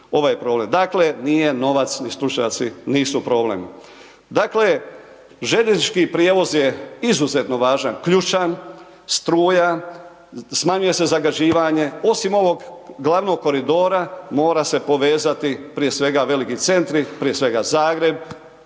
Dakle, nije novac ni stručnjaci nisu problem. Dakle, željeznički prijevoz je izuzetno važan, ključan, struja, smanjuje se zagađivanje, osim ovog glavnog koridora, mora se povezati prije svega veliki centri, prije svega Zagreb